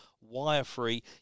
wire-free